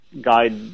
guide